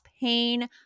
pain